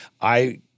I-